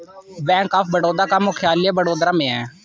bank of Baroda का मुख्यालय वडोदरा में है